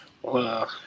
Wow